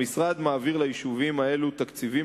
המשרד מעביר ליישובים אלו תקציבים